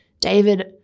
David